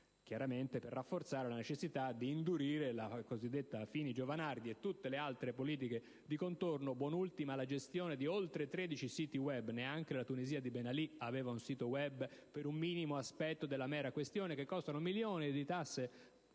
chiaramente per rafforzare la necessità di indurire la legge cosiddetta Fini-Giovanardi e tutte le altre politiche di contorno, da ultima la gestione di oltre 13 siti *web* (neanche la Tunisia di Ben Ali aveva un sito *web* per un minimo aspetto della mera questione), che costano milioni, a